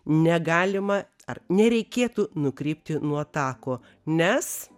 negalima ar nereikėtų nukrypti nuo tako nes